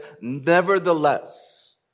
nevertheless